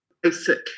basic